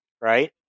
right